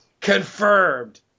Confirmed